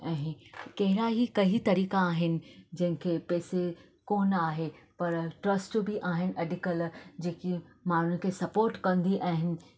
ऐं कहिड़ा ई कईं तरीक़ा आहिनि जंहिंखे पैसे कोन आहे पर ट्रस्ट बि आहिनि अॼु कल्ह जेके माण्हू खे सपोट कंदी आहिनि